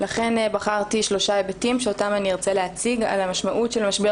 ולכן בחרתי בשלושה היבטים שאותם אני ארצה להציג על המשמעות של משבר